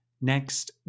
Next